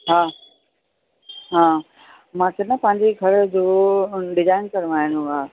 हा हा मांखे न पंहिंजी घर जो डिजाइन करवाइणो आहे